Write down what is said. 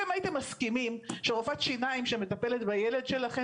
אתם הייתם מסכימים שרופאת שיניים שמטפלת בילד שלכם